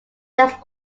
dance